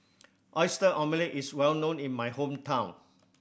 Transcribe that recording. Oyster Omelette is well known in my hometown